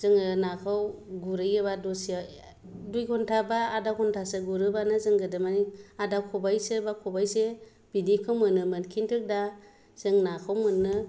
जोङो नाखौ गुरहैयो एबा दसे दुइ घण्टा बा आधा घण्टासो गुरहैबानो आधा खबाइसो बा खबाइसे बिदिखौ मोनोमोन किन्थु दा जों नाखौ